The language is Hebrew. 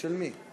של מי?